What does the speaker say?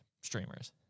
streamers